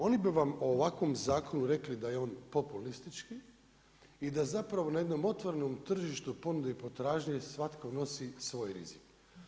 Oni bi vam o ovakvom zakonu rekli da je on populistički i da zapravo na jednom otvorenom tržištu ponude i potražnje svatko nosi svoj rizik.